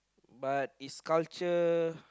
but its culture